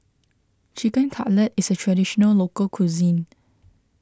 Chicken Cutlet is a Traditional Local Cuisine